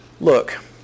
Look